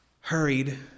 hurried